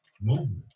movement